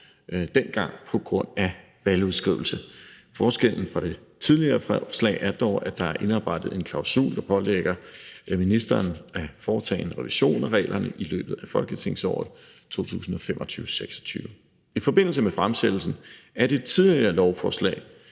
dengang på grund af valgudskrivelse. Forskellen fra det tidligere forslag er dog, at der er indarbejdet en klausul, der pålægger ministeren at foretage en revision af reglerne i løbet af folketingsåret 2025-26. I forbindelse med fremsættelsen af det tidligere lovforslag,